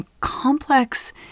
complex